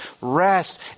rest